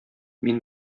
мин